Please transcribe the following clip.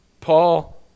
Paul